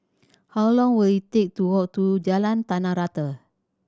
how long will it take to walk to Jalan Tanah Rata